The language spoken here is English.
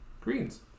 greens